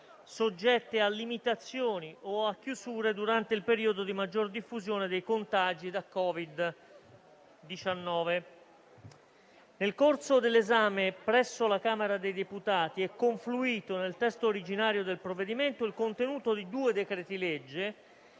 soggette a limitazioni o a chiusura durante il periodo di maggior diffusione dei contagi da Covid-19. Nel corso dell'esame presso la Camera dei deputati è confluito nel testo originario del provvedimento il contenuto di due decreti-legge,